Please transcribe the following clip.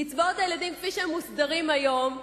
קצבאות הילדים, כפי שהן מוסדרות היום,